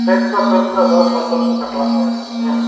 பெருசாக பெருசாக சார் பத்து வருஷம் கட்டலாமா ம்